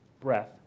breath